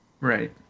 right